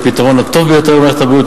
את הפתרון הטוב ביותר למערכת הבריאות,